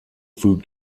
food